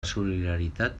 solidaritat